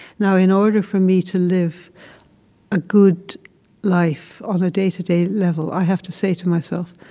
now, in order for me to live a good life on a day-to-day level, i have to say to myself,